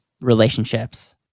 relationships